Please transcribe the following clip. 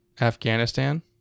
Afghanistan